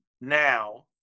now